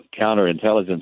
counterintelligence